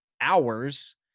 hours